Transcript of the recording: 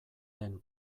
den